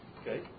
Okay